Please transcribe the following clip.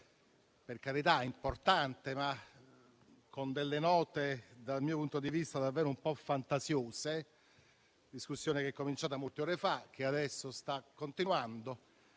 per carità - importante, ma con delle note dal mio punto di vista davvero un po' fantasiose. La discussione, che è cominciata molte ore fa e che adesso sta continuando,